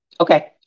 Okay